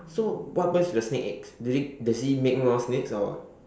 so what happens to the snake eggs did it does it make more snakes or what